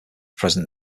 president